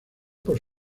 por